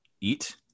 Eat